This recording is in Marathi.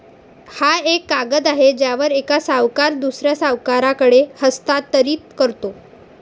हा एक कागद आहे ज्यावर एक सावकार दुसऱ्या सावकाराकडे हस्तांतरित करतो